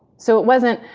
so, it wasn't,